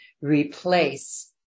replace